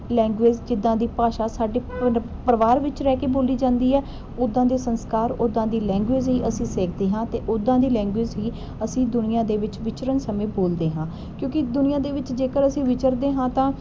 language ਜਿੱਦਾਂ ਦੀ ਭਾਸ਼ਾ ਸਾਡੇ ਪਰ ਪਰਿਵਾਰ ਵਿੱਚ ਰਹਿ ਕੇ ਬੋਲੀ ਜਾਂਦੀ ਹੈ ਉਦਾਂ ਦੇ ਸੰਸਕਾਰ ਉਦਾਂ ਦੀ ਲੈਂਗੁਏਜ ਹੀ ਅਸੀਂ ਸਿੱਖਦੇ ਹਾਂ ਅਤੇ ਉਦਾਂ ਦੀ ਲੈਂਗੁਏਜ ਹੀ ਅਸੀਂ ਦੁਨੀਆ ਦੇ ਵਿੱਚ ਵਿਚਰਨ ਸਮੇਂ ਬੋਲਦੇ ਹਾਂ ਕਿਉਂਕਿ ਦੁਨੀਆ ਦੇ ਵਿਚ ਜੇਕਰ ਅਸੀਂ ਵਿਚਰਦੇ ਹਾਂ ਤਾਂ